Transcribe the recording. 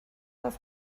das